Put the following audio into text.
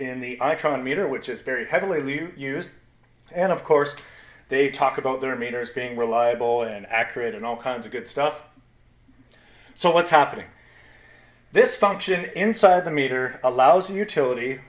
in the i try to meter which is very heavily used and of course they talk about their meters being reliable and accurate and all kinds of good stuff so what's happening this function inside the meter allows utility